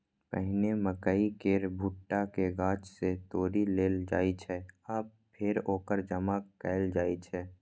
पहिने मकइ केर भुट्टा कें गाछ सं तोड़ि लेल जाइ छै आ फेर ओकरा जमा कैल जाइ छै